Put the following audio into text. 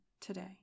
today